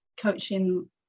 coaching